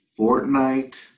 Fortnite